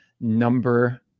number